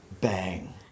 bang